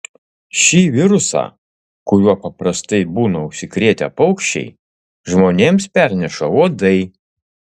šį virusą kuriuo paprastai būna užsikrėtę paukščiai žmonėms perneša uodai